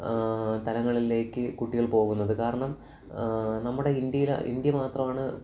തലങ്ങളിലേക്ക് കുട്ടികൾ പോകുന്നത് കാരണം നമ്മുടെ ഇന്ത്യയിലെ ഇന്ത്യ മാത്രമാണ്